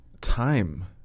time